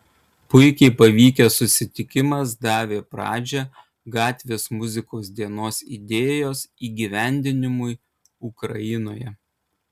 puikiai pavykęs susitikimas davė pradžią gatvės muzikos dienos idėjos įgyvendinimui ukrainoje